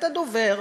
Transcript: את הדובר,